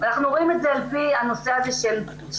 ואנחנו רואים את זה על פי הנושא של הפניות